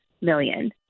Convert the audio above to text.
million